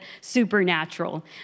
supernatural